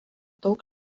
daug